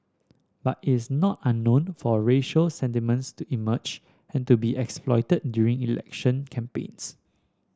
but is not unknown for racial sentiments to emerge and to be exploited during election campaigns